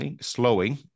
slowing